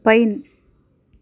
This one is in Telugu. పైన్